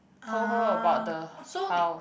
told her about the house